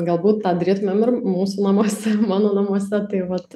galbūt tą darytumėm ir mūsų namuose mano namuose tai vat